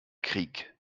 krieg